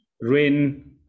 rain